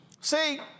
See